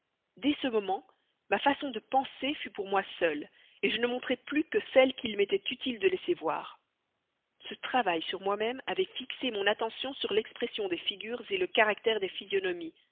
dès ce moment ma façon de penser fut pour moi seule je ne montrai plus que celle qu'il m'était utile de laisser voir ce travail sur moi-même avait fixé mon attention sur l'expression des figures le caractère des physionomies